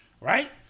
right